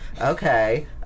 Okay